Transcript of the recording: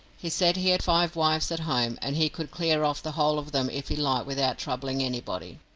he said he had five wives at home, and he could clear off the whole of them if he liked without troubling anybody.